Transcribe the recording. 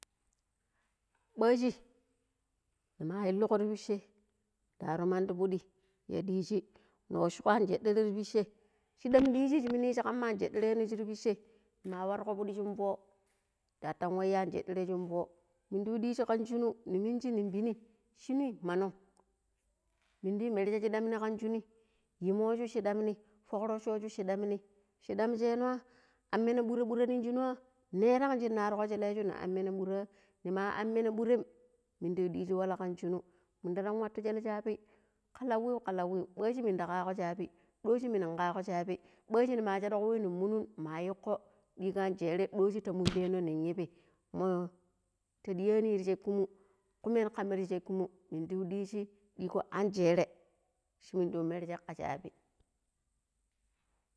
﻿ɓajji nima illiƙo ti pitchan da harru mandi piddi wa ɗiiji ni washugo an jeɗere shi pitche shiɗam diiji shi mini yishi kama an jeɗere no shirr ptchee ma wargo fuɗi shin foi daatan wa anjeɗere shin foi mundi yu ɗiiji kan shunu ni munji ning penni shinu ma nong min di yi, merje shiɗam ni kan shinui yumoshu shiɗam ni fukrocoo shu shiɗam ni shiɗam shenoa an meno ɓuraɓura nin shinua nema shina argoo shelle shu ni an meno ɓura nima an mero ɓuraim munda yu ɗiiji walla kan shinu mundara watta shella shabbi ka lawiu ka lawiu ɓaji minda ƙakko shabi ɗojji munu ƙakko shabi ɓajji nima shago wai nin munun ma yiƙƙo ɗigo anjere ɗojji ta munde no nin yeebi mo ta ɗiani ti shekki mu kumer kam ti shekki mu mun da yu ɗiiji, ɗiigo angeere shu munda yun merje ka shabi